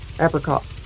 Apricot